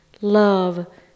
love